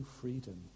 freedom